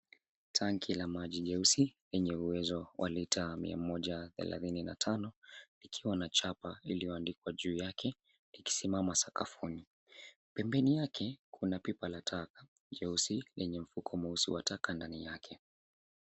Tangi la maji nyeusi lenye uwezo wa lita mia moja thelathini na tano likiwa na chapa iliyoandikwa juu yake likisimama sakafuni. Pembeni yake kuna pipa la taka jeusi lenye mfuko mweusi wa taka ndani yake.